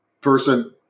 person